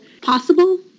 possible